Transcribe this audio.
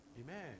Amen